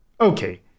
okay